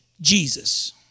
Jesus